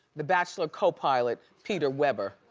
the bachelor co-pilot, peter weber.